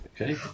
Okay